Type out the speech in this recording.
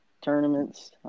tournaments